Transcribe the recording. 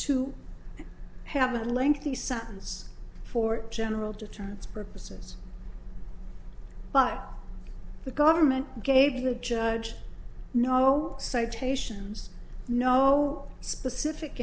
to have a lengthy sentence for general deterrence purposes but the government gave the judge no citations no specific